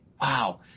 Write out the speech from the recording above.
wow